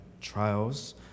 trials